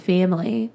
Family